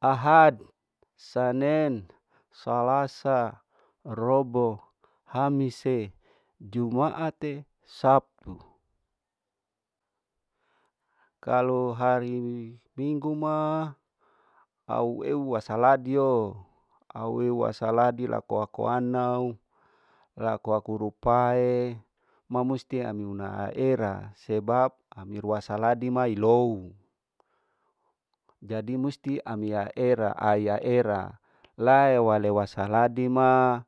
Ahad, sanen, salasa, robo, hamise jumuate, sabtu, kalu hari minggu ma au eu wasaladio au eu wasaladi lakoa ku anau laku aku rupae mamusti ami una ha era, esebab ami rua saladi ma irou jadi musti amia era aya era lae wala wasaladi ma